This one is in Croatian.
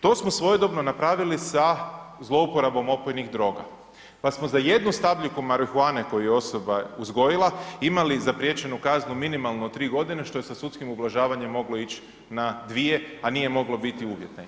To smo svojedobno napravili sa zlouporabom opojnih droga pa smo za jednu stabljiku marihuane koju je osoba uzgojila imali zapriječenu kaznu minimalno 3 godine što je sa sudskim ublažavanjem moglo ići na 2, a nije moglo biti uvjetne.